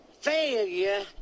failure